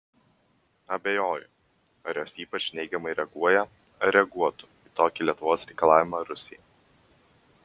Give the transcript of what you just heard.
abejoju ar jos ypač neigiamai reaguoja ar reaguotų į tokį lietuvos reikalavimą rusijai